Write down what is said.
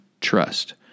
trust